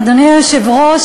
אדוני היושב-ראש,